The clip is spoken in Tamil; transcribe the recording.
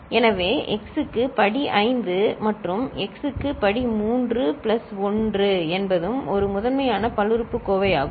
எனவே x க்கு படி 5 மற்றும் x க்கு படி 3 பிளஸ் 1 என்பதும் ஒரு முதன்மையான பல்லுறுப்புக்கோவையாகும்